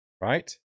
Right